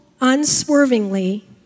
unswervingly